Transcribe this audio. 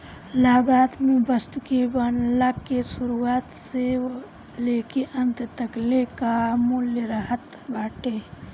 लागत में वस्तु के बनला के शुरुआत से लेके अंत तकले कअ मूल्य रहत बाटे